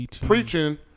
preaching